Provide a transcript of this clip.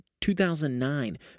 2009